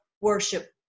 worship